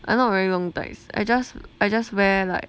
I not wearing long tights I just I just wear like